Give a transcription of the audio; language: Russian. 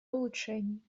улучшений